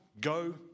go